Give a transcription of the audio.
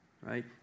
right